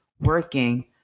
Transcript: working